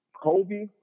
Kobe